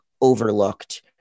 overlooked